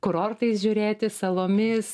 kurortais žiūrėti salomis